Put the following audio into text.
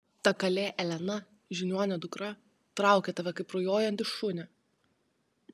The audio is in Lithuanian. ta kalė elena žiniuonio dukra traukia tave kaip rujojantį šunį